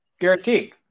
Guaranteed